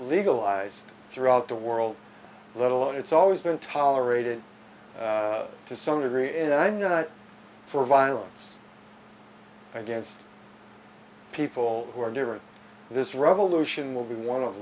legalized throughout the world let alone it's always been tolerated to some degree and i'm not for violence against people who are different this revolution will be one of